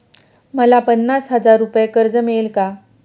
मला पन्नास हजार रुपये कर्ज मिळेल का?